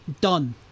done